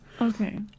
Okay